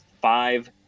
five